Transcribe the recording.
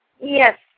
Yes